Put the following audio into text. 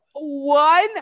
One